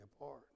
apart